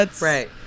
right